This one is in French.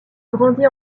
grandit